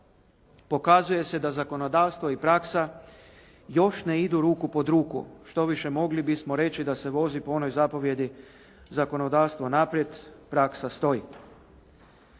pokazuje se da zakonodavstvo i praksa još ne idu ruku pod ruku. Štoviše mogli bismo reći da se vozi po onoj zapovijedi, zakonodavstvo naprijed, praksa stoj.